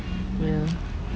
ya